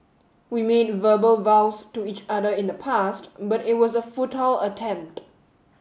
we made verbal vows to each other in the past but it was a futile attempt